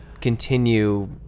continue